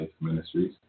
Ministries